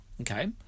Okay